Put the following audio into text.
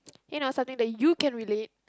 you know something that you can relate